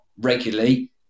regularly